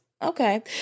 Okay